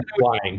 flying